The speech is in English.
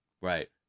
Right